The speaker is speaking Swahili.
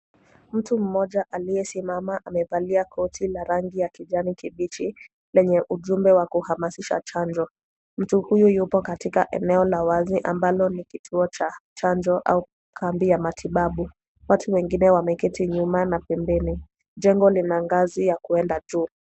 Mtu mmoja aliyesimama amevalia koti la rangi ya kijani kibichi lenye ujumbe wa kuhamasisha chanjo mtu huyu yupo katika eneo la wazi ambalo ni kituo cha chanjo au kambi ya matibabu watu wengine wameketi nyuma na pembeni jengo lina ngazi ya kuenda juu